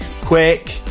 quick